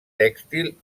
tèxtil